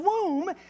womb